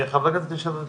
חברי הכנסת יש עוד שאלות?